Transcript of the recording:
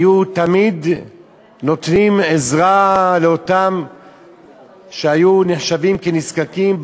היו תמיד נותנים עזרה לאלה שהיו נחשבים נזקקים,